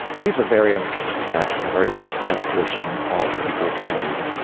these are variants that a very much higher proportion of people carry.